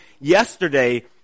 yesterday